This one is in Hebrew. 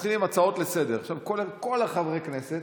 מתחילים עם הצעות לסדר, ולכל חברי הכנסת